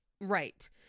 Right